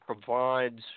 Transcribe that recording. provides